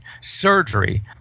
surgery